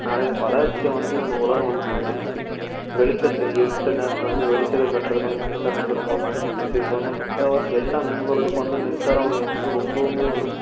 நிறைய வளர்ச்சியை வந்து இந்த உலகம் வந்து பார்த்துருச்சி வெளிச்சத்தையும் இருட்டு நேரத்தில் வந்து வெளிச்சத்தைக் காட்டுறதுக்கு வந்து மின்சாரம் வந்து ரொம்ப பயன்பட்டுச்சு இப்போ வந்து முக்கால்வாசி எல்லா மென்பொருளுக்கும் வந்து மின்சாரம் அப்படிங்கிறது வந்து ரொம்பவுமே ஒரு